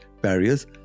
barriers